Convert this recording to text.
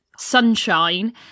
sunshine